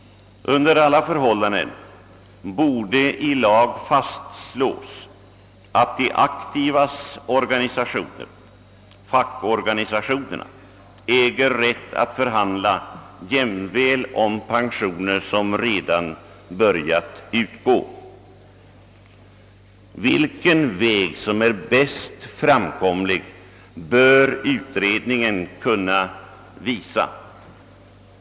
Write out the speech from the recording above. Under alla förhållanden borde i lag fastslås, att de aktivas organisationer, fackorganisationerna, äger rätt att förhandla jämväl om pensioner som redan börjat utgå. Vilken väg som är mest framkomlig bör utredningen kunna visa.